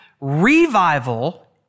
Revival